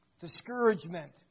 discouragement